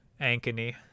Ankeny